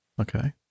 okay